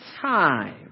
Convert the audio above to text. time